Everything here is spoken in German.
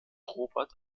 robert